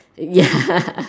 ya